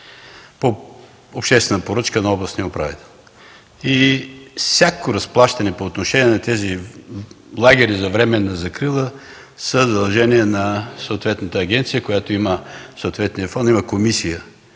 по обществена поръчка на областния управител. Всяко разплащане по отношение на тези лагери за временна закрила е задължение на съответната агенция, която има съответния фонд. Има комисия